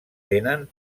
tenen